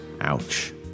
Ouch